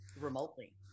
remotely